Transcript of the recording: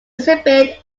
recipient